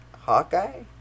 Hawkeye